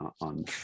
on